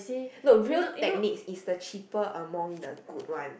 no Real Techniques is the cheaper among the good one